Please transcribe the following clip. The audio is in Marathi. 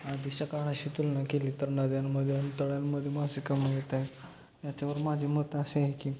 आधीच्या काळाशी तुलना केली तर नद्यांमध्ये आणि तळ्यांमध्ये मासे कमी होत आहे याच्यावर माझे मत असे आहे की